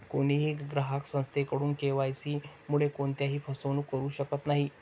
कोणीही ग्राहक संस्थेकडून के.वाय.सी मुळे कोणत्याही फसवणूक करू शकत नाही